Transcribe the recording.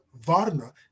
Varna